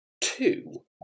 Two